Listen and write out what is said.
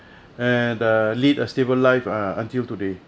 and uh lead a stable life uh until today